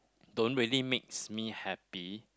don't really makes me happy